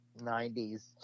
90s